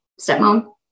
stepmom